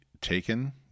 taken